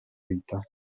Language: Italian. vita